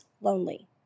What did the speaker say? lonely